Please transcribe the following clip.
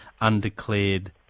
undeclared